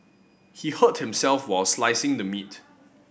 he hurt himself while slicing the meat